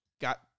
got